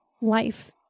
life